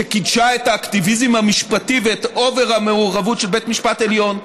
שקידשה את האקטיביזם המשפטי ואת אובר-המעורבות של בית המשפט העליון.